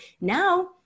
now